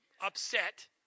upset